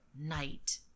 Night